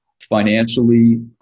Financially